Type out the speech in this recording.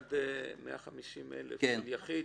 עד 150,000 ליחיד.